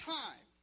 time